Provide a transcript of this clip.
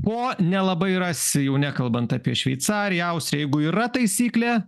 ko nelabai rasi jau nekalbant apie šveicariją austriją jeigu yra taisyklė